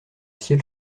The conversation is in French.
ciel